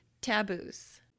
taboos